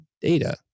data